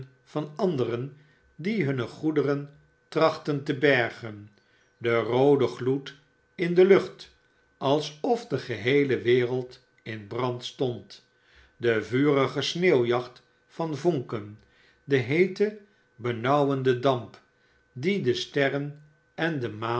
van anderen die hunne goederen trachtten te bergen de roode gloed in de lucht alsof de geheele wereld in brand stond de vurige sneeuwjacht van vonken de heete benauwende damp die de sterren en de maan